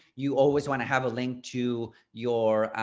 you always want to have a link to your,